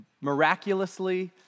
miraculously